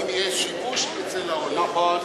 אם יהיה שיבוש אצל העולה.